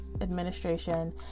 administration